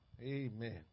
amen